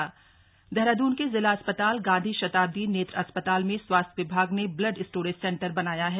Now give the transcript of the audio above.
blood bank Dehradun के जिला अस्पताल गांधी शताब्दी नेत्र अस्पताल में स्वास्थ्य विभाग ने ब्लड स्टोरेज सेंटर बनाया है